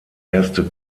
erste